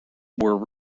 were